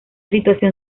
situación